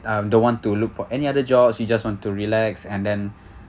um don't want to look for any other jobs you just want to relax and then